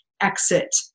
exit